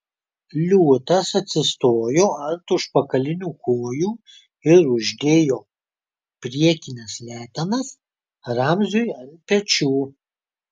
liūtas atsistojo ant užpakalinių kojų ir uždėjo priekines letenas ramziui ant pečių